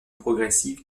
progressive